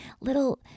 little